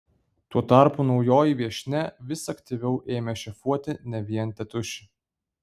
tuo tarpu naujoji viešnia vis aktyviau ėmė šefuoti ne vien tėtušį